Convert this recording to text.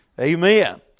Amen